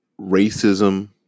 racism